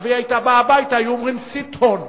והיא היתה באה הביתה, היו אומרים: סת הון,